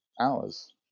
hours